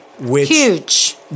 Huge